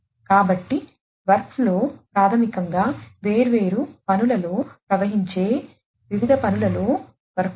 కాబట్టి work flow ప్రాథమికంగా వేర్వేరు పనులలో ప్రవహించే వివిధ పనులలో వర్క్ఫ్లో